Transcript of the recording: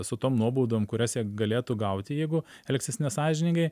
su tom nuobaudom kurias jie galėtų gauti jeigu elgsis nesąžiningai